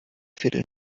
viertel